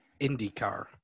IndyCar